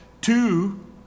two